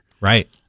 Right